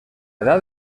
edad